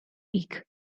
week